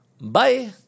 Bye